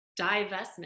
divestment